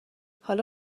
حالا